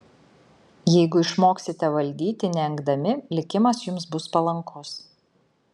jeigu išmoksite valdyti neengdami likimas jums bus palankus